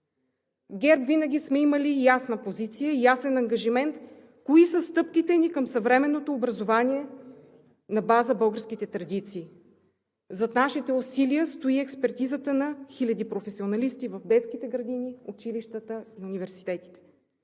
ГЕРБ винаги сме имали ясна позиция и ясен ангажимент кои са стъпките ни към съвременното образование на база българските традиции. Зад нашите усилия стои експертизата на хиляди професионалисти в детските градини, училищата, университетите.